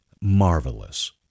marvelous